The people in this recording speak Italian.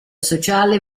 sociale